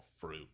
fruit